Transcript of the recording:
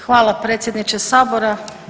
Hvala predsjedniče sabora.